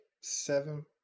seven